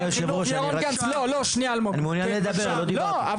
אדוני היושב ראש, אני מעוניין לדבר אני לא דיברתי.